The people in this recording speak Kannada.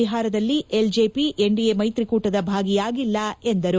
ಬಿಹಾರದಲ್ಲಿ ಎಲ್ಜೆಪಿ ಎನ್ಡಿಎ ಮೈತ್ರಿಕೂಟದ ಭಾಗವಾಗಿಲ್ಲ ಎಂದರು